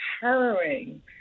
harrowing